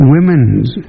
Women's